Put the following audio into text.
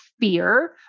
fear